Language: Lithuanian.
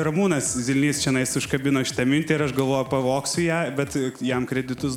ramūnas zilys čianais užkabino šitą mintį ir aš galvoju pavogsiu ją bet jam kreditus